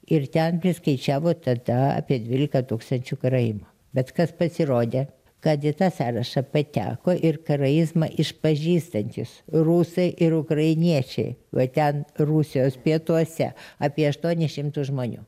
ir ten priskaičiavo tada apie dvylika tūkstančių karaimų bet kas pasirodė kad į tą sąrašą pateko ir karaizmą išpažįstantys rusai ir ukrainiečiai va ten rusijos pietuose apie aštuonis šimtus žmonių